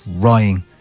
Crying